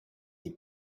die